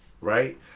right